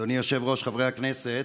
אדוני היושב-ראש, חברי הכנסת,